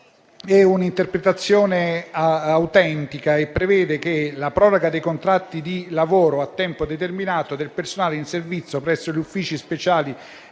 è un'interpretazione autentica e prevede che la proroga dei contratti di lavoro a tempo determinato del personale in servizio presso gli uffici per la